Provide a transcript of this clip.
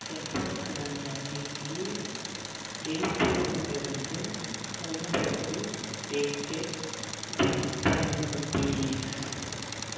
செவ்வாய்கிழமை அன்னிக்கு ஜெய்ப்பூரில் இருந்து மும்பைக்கு டிக்கெட் புக் பண்ணு பிளீஸ்